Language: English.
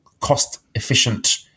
cost-efficient